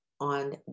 on